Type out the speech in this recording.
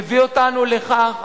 מביא אותנו לכך,